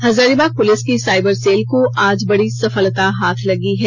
Hazaribagh police की cyber cell को आज बड़ी सफलता हाथ लगी है